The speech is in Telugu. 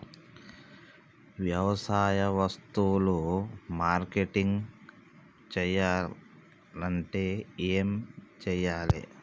వ్యవసాయ వస్తువులు మార్కెటింగ్ చెయ్యాలంటే ఏం చెయ్యాలే?